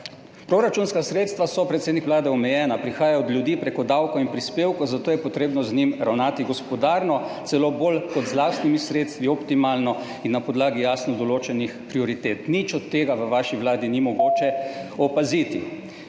Proračunska sredstva so, predsednik Vlade, omejena. Prihajajo od ljudi prek davkov in prispevkov, zato je potrebno z njimi ravnati gospodarno, celo bolj kot z lastnimi sredstvi, optimalno in na podlagi jasno določenih prioritet. Nič od tega v vaši vladi ni mogoče opaziti.